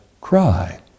cry